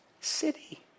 city